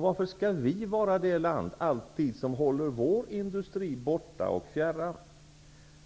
Varför skall Sverige vara det land som alltid håller sin industri borta och fjärran?